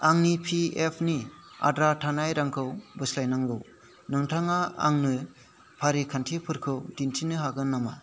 आंनि P F नि आद्रा थानाय रांखौ बोस्लायनांगौ नोंथाङा आंनो फारिखान्थिफोरखौ दिन्थिनो हागोन नामा